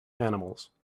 animals